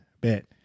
Bet